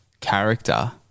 Character